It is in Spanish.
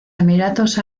emiratos